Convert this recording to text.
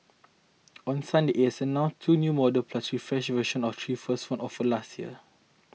on Sunday it's announced two new models plus refreshed version of three first offered last year